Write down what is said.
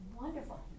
Wonderful